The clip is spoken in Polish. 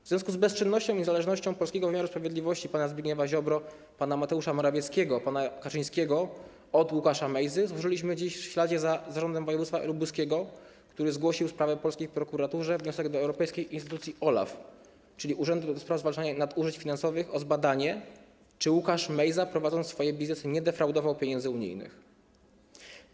W związku z bezczynnością i zależnością polskiego wymiaru sprawiedliwości, pana Zbigniewa Ziobry, pana Mateusza Morawieckiego, pana Kaczyńskiego od Łukasza Mejzy złożyliśmy dziś w ślad za zarządem województwa lubuskiego, który zgłosił sprawę polskiej prokuraturze, wniosek do europejskiej instytucji OLAF, czyli urzędu ds. zwalczania nadużyć finansowych, o zbadanie, czy Łukasz Mejza, prowadząc swoje biznesy, nie defraudował unijnych pieniędzy.